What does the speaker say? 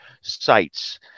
sites